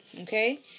okay